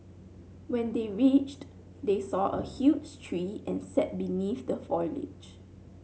when they reached they saw a huge tree and sat beneath the foliage